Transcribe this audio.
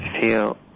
feel